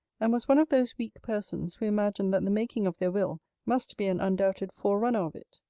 and was one of those weak persons who imagine that the making of their will must be an undoubted forerunner of it.